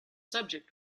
subject